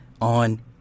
on